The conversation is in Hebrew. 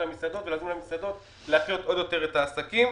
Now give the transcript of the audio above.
המסעדות וזאת כדי להחיות עוד יותר את העסקים.